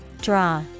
Draw